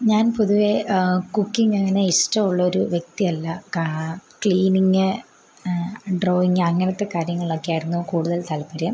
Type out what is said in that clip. ഞാൻ പൊതുവേ കുക്കിംഗ് അങ്ങനെ ഇഷ്ടമുള്ളൊരു വ്യക്തി അല്ല കാ ക്ലീനിംഗ് ഡ്രോയിംഗ് അങ്ങനത്തെ കാര്യങ്ങളിലൊക്കെ ആയിരുന്നു കൂടുതൽ താൽപ്പര്യം